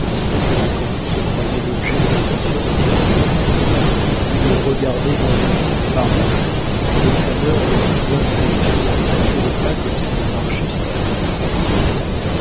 aussitôt que l'inconnu se croyait l'objet de l'attention de quelque oisif il le regardait d'un air si farouche que le flâneur le plus intrépide hâtait le pas comme s'il eût marché sur un serpent